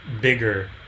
bigger